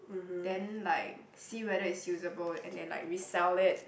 then like see whether it's usable and then like resell it